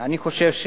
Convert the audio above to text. אני חושב,